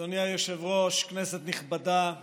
אדוני היושב-ראש, כנסת נכבדה,